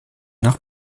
noch